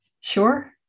Sure